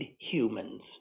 humans